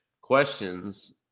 questions